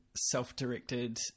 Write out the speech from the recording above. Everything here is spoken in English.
self-directed